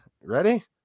Ready